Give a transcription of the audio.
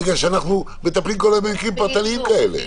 אנחנו מטפלים כל יום במקרים פרטניים כאלה.